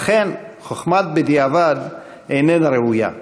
אכן, חוכמת הבדיעבד איננה ראויה,